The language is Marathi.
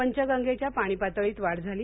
पंचगंगेच्या पाणीपातळीत वाढ झाली